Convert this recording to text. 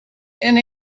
and